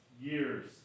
years